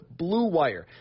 BLUEWIRE